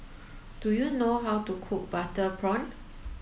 do you know how to cook butter prawn